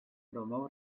promou